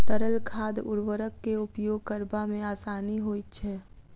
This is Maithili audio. तरल खाद उर्वरक के उपयोग करबा मे आसानी होइत छै